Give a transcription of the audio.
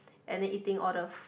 and then eating all the